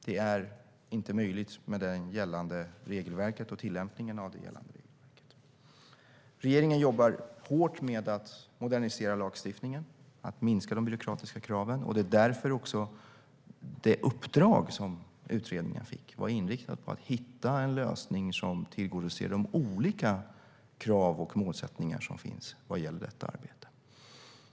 Det är inte möjligt, med gällande regelverk och tillämpningen av det regelverket. Regeringen jobbar hårt med att modernisera lagstiftningen och att minska de byråkratiska kraven. Det är också därför det uppdrag som utredningen fick var inriktat på att hitta en lösning som tillgodoser de olika krav och målsättningar som finns vad gäller detta arbete.